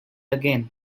again